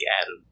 Adam